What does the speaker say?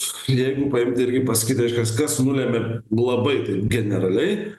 jeigu paimti irgi pasakyt reiškias kas nulemia labai taip generaliai